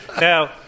Now